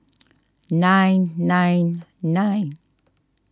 nine nine nine